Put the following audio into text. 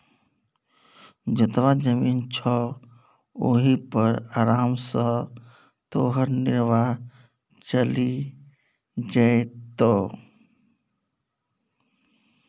जतबा जमीन छौ ओहि पर आराम सँ तोहर निर्वाह चलि जेतौ